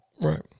Right